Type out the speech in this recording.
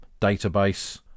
database